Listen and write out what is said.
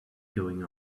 going